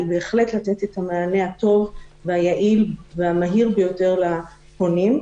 היא בהחלט לתת את המענה הטוב והיעיל והמהיר ביותר לפונים,